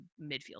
midfield